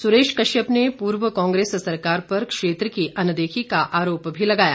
सुरेश कश्यप ने पूर्व कांग्रेस सरकार पर क्षेत्र की अनदेखी का आरोप भी लगाया